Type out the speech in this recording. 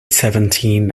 seventeen